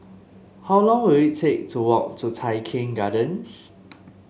how long will it take to walk to Tai Keng Gardens